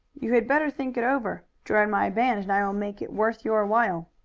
you had better think it over. join my band and i will make it worth your while.